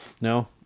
No